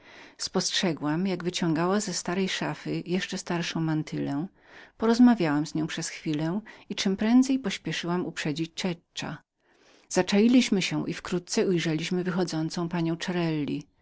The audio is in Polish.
spostrzegłam jak wyciągała ze starej szafy jeszcze starszą mantylę i czemprędzej pośpieszyłam uprzedzić czeka zaczailiśmy się i wkrótce ujrzeliśmy wychodzącą panią cerelli